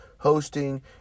hosting